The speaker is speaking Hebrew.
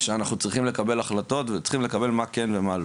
שאנחנו צריכים לקבל החלטות וצריכים לקבל מה כן ומה לא.